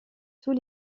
tous